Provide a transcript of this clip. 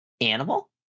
animal